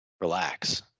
Relax